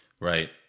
Right